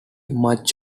much